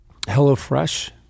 HelloFresh